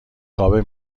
خوابه